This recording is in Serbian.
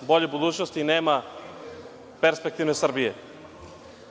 bolje budućnosti i nema perspektivne Srbije. Pozivam